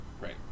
Right